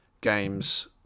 games